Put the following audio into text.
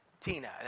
Tina